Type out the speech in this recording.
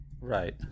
right